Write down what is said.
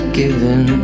given